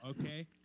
okay